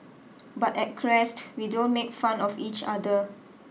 but at Crest we don't make fun of each other